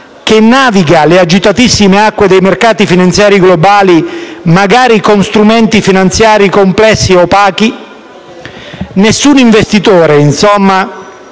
che naviga le agitatissime acque dei mercati finanziari globali, magari con strumenti finanziari complessi e opachi? Nessun investitore, insomma,